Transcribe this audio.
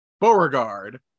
Beauregard